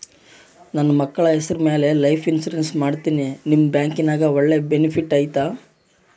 ನನ್ನ ಮಕ್ಕಳ ಹೆಸರ ಮ್ಯಾಲೆ ಲೈಫ್ ಇನ್ಸೂರೆನ್ಸ್ ಮಾಡತೇನಿ ನಿಮ್ಮ ಬ್ಯಾಂಕಿನ್ಯಾಗ ಒಳ್ಳೆ ಬೆನಿಫಿಟ್ ಐತಾ?